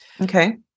Okay